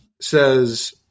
says